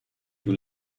più